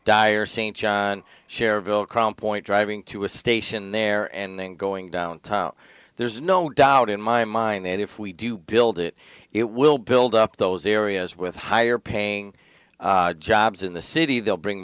dire st john schererville complement driving to a station there and then going downtown there's no doubt in my mind that if we do build it it will build up those areas with higher paying jobs in the city they'll bring